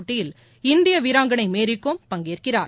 போட்டியில் இந்திய வீராங்கனை மேரிகோம் பங்கேற்கிறார்